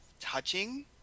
touching